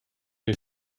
des